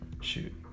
shoot